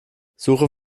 suche